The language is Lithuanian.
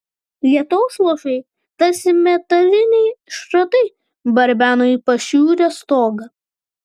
lietaus lašai tarsi metaliniai šratai barbeno į pašiūrės stogą